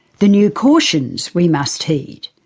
the new cautions we must heed.